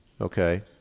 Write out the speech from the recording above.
okay